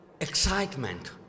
Excitement